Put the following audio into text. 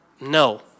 No